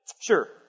Sure